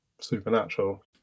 Supernatural